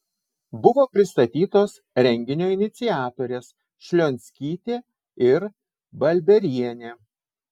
buvo pristatytos renginio iniciatorės šlionskytė ir balbierienė